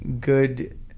Good